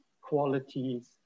qualities